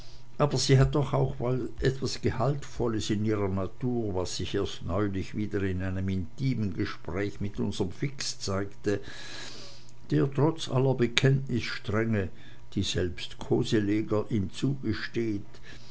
aber sie hat doch auch was gehaltvolles in ihrer natur was sich erst neulich wieder in einem intimen gespräch mit unserm fix zeigte der trotz aller bekenntnisstrenge die selbst koseleger ihm zugesteht